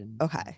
Okay